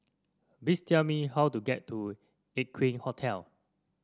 please tell me how to get to Aqueen Hotel